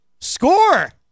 Score